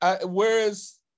Whereas